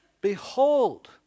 behold